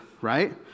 right